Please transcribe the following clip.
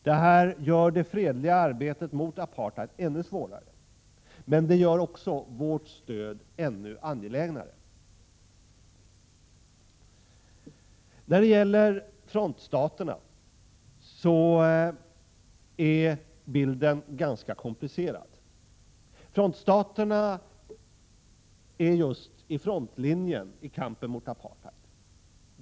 Detta gör det fredliga arbetet mot apartheid ännu svårare, men det gör också vårt stöd ännu angelägnare. När det gäller frontstaterna är bilden ganska komplicerad. Frontstaterna befinner sig ju i frontlinjen i kampen mot apartheid.